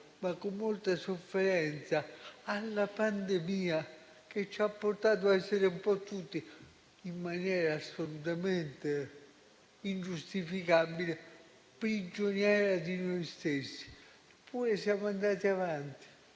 ma con molta sofferenza, alla pandemia che ci ha portato a essere un po' tutti, in maniera assolutamente ingiustificabile, prigionieri di noi stessi. Eppure siamo andati avanti